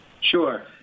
Sure